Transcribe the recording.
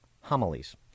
homilies